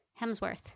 Hemsworth